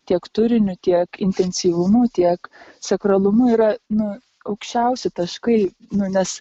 tiek turiniu tiek intensyvumu tiek sakralumu yra nu aukščiausi taškai nu nes